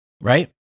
Right